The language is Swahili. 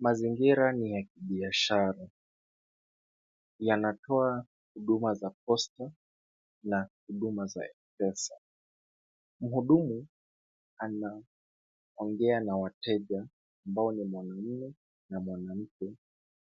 Mazingira ni ya kibiashara yanatoa huduma za posta na huduma za Mpesa. Muhudumu anaongea na wateja ambao ni mwanamme na mwanamke